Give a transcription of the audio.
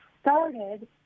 started